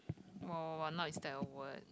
oh is that a word